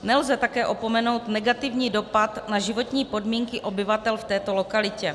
Nelze také opomenout negativní dopad na životní podmínky obyvatel v této lokalitě.